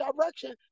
direction